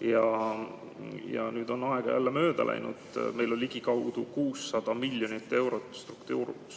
Ja nüüd on aega jälle mööda läinud. Meil on ligikaudu 600 miljonit eurot